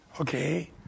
Okay